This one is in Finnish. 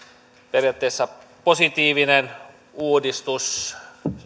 periaatteessa positiivinen uudistus